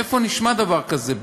איפה נשמע דבר כזה?